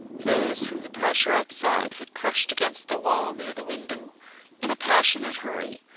those whom the pressure outside had crushed against the wall near the window in a passionate hurry,